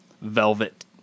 velvet